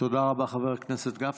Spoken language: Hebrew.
תודה רבה, חבר הכנסת גפני.